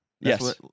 Yes